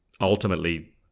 Ultimately